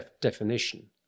definition